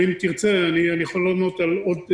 ואם תרצה אוכל לענות על עוד שאלות.